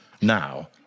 now